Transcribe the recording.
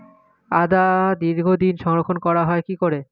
আদা দীর্ঘদিন সংরক্ষণ করা হয় কি করে?